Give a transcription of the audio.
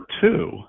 two